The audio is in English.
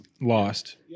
lost